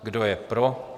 Kdo je pro?